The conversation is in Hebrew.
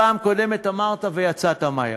בפעם קודמת אמרת ויצאת מהר,